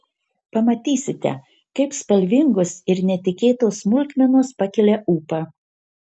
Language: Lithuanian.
pamatysite kaip spalvingos ir netikėtos smulkmenos pakelia ūpą